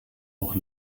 auch